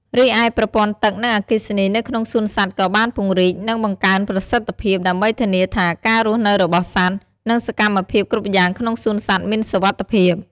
រីឯប្រព័ន្ធទឹក និងអគ្គិសនីនៅក្នុងសួនសត្វក៏បានពង្រីក និងបង្កើនប្រសិទ្ធភាព ដើម្បីធានាថាការរស់នៅរបស់សត្វ និងសកម្មភាពគ្រប់យ៉ាងក្នុងសួនសត្វមានសុវត្ថិភាព។